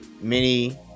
mini